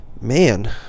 man